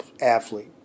athlete